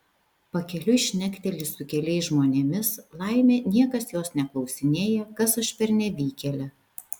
pakeliui šnekteli su keliais žmonėmis laimė niekas jos neklausinėja kas aš per nevykėlė